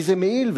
איזה מעיל,